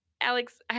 Alex